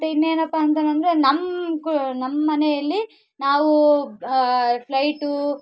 ಮತ್ತು ಇನ್ನೇನಪ್ಪ ಅಂತಾನಂದ್ರೆ ನಮ್ಮ ಕು ನಮ್ಮ ಮನೆಯಲ್ಲಿ ನಾವು ಫ್ಲೈಟೂ